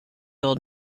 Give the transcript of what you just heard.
old